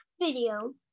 video